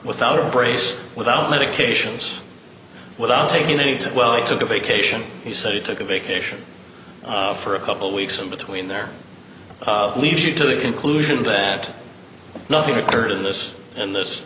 without a brace without medications without taking a well i took a vacation he said he took a vacation for a couple weeks in between there leads you to the conclusion that nothing occurred in this in this